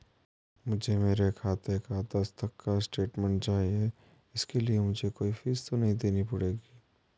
मुझे मेरे खाते का दस तक का स्टेटमेंट चाहिए इसके लिए मुझे कोई फीस तो नहीं पड़ेगी?